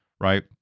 right